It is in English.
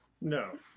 No